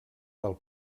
del